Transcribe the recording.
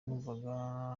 numvaga